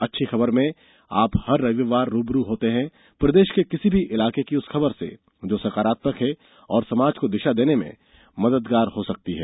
अच्छी खबर में आप हर रविवार रू ब रू होते हैं प्रदेश के किसी भी इलाके की उस खबर से जो सकारात्मक है और समाज को दिशा देने में मददगार हो सकती है